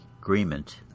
agreement